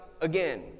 again